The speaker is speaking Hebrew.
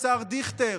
השר דיכטר,